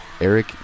Eric